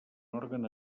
òrgan